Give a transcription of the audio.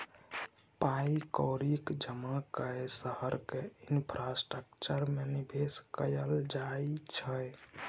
पाइ कौड़ीक जमा कए शहरक इंफ्रास्ट्रक्चर मे निबेश कयल जाइ छै